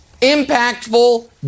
impactful